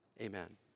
Amen